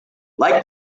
like